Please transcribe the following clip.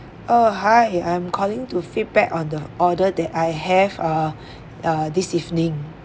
oh hi I'm calling to feedback on the order that I have uh uh this evening